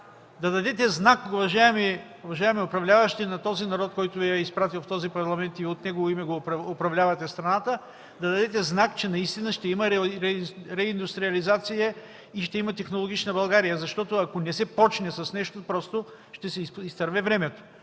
да дадете знак, уважаеми управляващи на този народ, който Ви е изпратил в Парламента и от негово име управлявате страната, да дадете знак, че наистина ще има реиндустриализация и ще има технологична България. Ако не се започне с нещо, просто ще се изтърве времето.